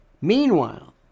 Meanwhile